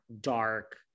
dark